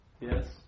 Yes